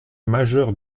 majeure